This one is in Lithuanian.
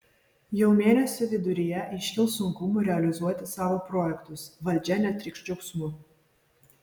jau mėnesio viduryje iškils sunkumų realizuoti savo projektus valdžia netrykš džiaugsmu